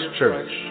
Church